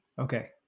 Okay